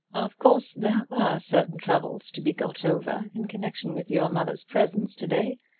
of course there were certain troubles to be got over in connection with your mother's presence to-day.